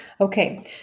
Okay